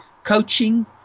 coaching